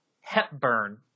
Hepburn